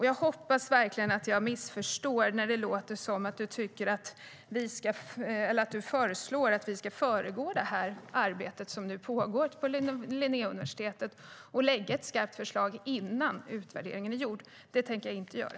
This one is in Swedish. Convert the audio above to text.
Jag hoppas verkligen att jag missförstår dig när det låter som att du föreslår att vi ska föregå det här arbetet som nu pågår på Linnéuniversitetet och lägga fram ett skarpt förslag innan utvärderingen är gjord. Det tänker jag inte göra.